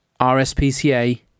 RSPCA